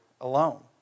alone